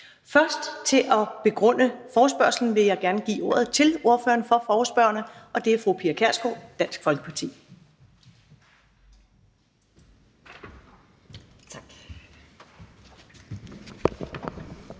videre. Til at begrunde forespørgslen vil jeg gerne først give ordet til ordføreren for forespørgerne, og det er fru Pia Kjærsgaard, Dansk Folkeparti. Kl.